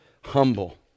humble